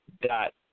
dot